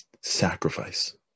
sacrifice